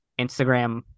Instagram